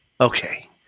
Okay